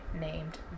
named